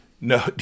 no